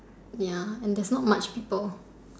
ya and there's not much people